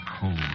cold